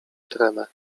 tremę